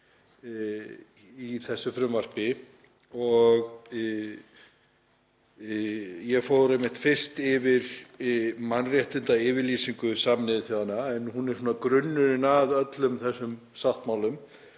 í þessu frumvarpi. Ég fór fyrst yfir mannréttindayfirlýsingu Sameinuðu þjóðanna, en hún er grunnurinn að öllum þessum sáttmálum